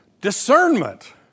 Discernment